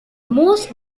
most